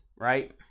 right